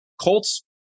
Colts